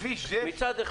מצד אחד